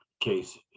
case